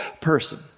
person